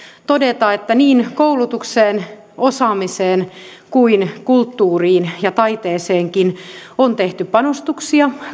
todeta että niin koulutukseen osaamiseen kuin kulttuuriin ja taiteeseenkin on tehty panostuksia